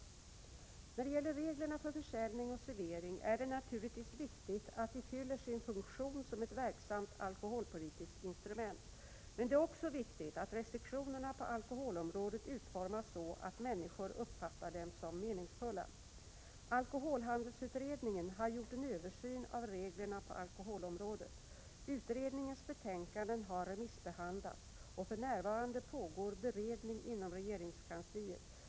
Det är naturligtvis viktigt att reglerna för försäljning och servering fyller sin funktion som ett verksamt alkoholpolitiskt instrument. Men det är också viktigt att restriktionerna på alkoholområdet utformas så att människor uppfattar dem som meningsfulla. Alkoholhandelsutredningen har gjort en översyn av reglerna på alkoholområdet. Utredningens betänkanden har remissbehandlats, och för närvarande pågår beredning inom regeringskansliet.